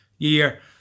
Year